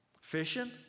Fishing